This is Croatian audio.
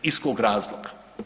Iz kog razloga?